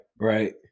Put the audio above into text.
right